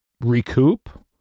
recoup